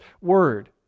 word